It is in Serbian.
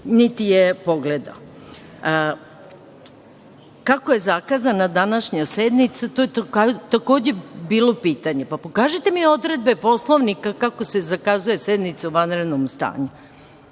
niti je pogledao. Kako je zakazana današnja sednica? To je takođe bilo pitanje. Pokažite mi odredbe Poslovnika kako se zakazuje sednica u vanrednom stanju.